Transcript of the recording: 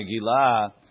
megillah